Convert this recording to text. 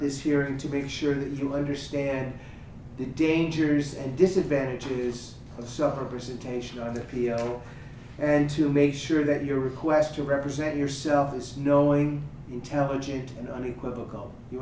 this hearing to make sure that you understand the dangers and disadvantages of succor precipitation on the appeal and to make sure that your request to represent yourself this knowing intelligent and unequivocal you